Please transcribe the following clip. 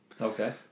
Okay